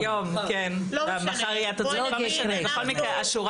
היום, כן, בכל מקרה השורה